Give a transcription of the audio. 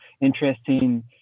interesting